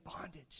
bondage